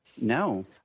No